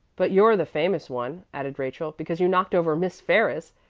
but you're the famous one, added rachel, because you knocked over miss ferris.